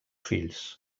fills